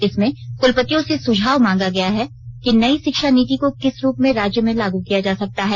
इसमें कलपतियों से सुझाव मांगा गया है कि नई शिक्षा नीति को किस रूप में राज्य में लागू किया जा सकता है